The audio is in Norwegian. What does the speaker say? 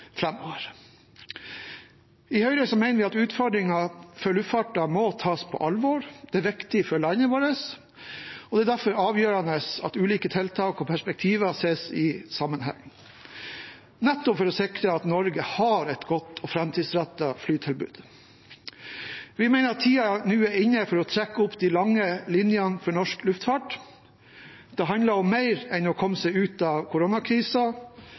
I Høyre mener vi at utfordringen for luftfarten må tas på alvor. Det er viktig for landet vårt, og det er derfor avgjørende at ulike tiltak og perspektiver ses i sammenheng, nettopp for å sikre at Norge har et godt og framtidsrettet flytilbud. Vi mener at tiden nå er inne for å trekke opp de lange linjene for norsk luftfart. Det handler om mer enn å komme seg ut av